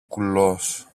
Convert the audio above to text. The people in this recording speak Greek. κουλός